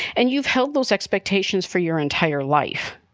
and you've held those expectations for your entire life.